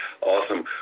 Awesome